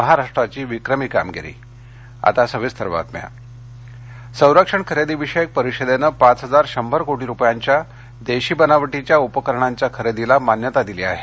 महाराष्ट्राची विक्रमी कामगिरी संरक्षण संरक्षण खरेदीविषयक परिषदेनं पाच हजार शंभर कोटी रुपयांच्या देशी बनावटीच्या उपकरणांच्या खरेदीला मान्यता दिली आहे